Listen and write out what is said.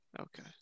Okay